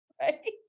Right